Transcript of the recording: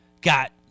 got